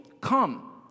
come